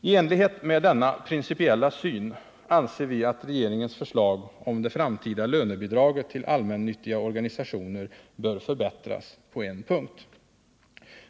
I enlighet med denna principiella syn anser vi att regeringens förslag om det framtida lönebidraget till allmännyttiga organisationer bör förbättras på en punkt.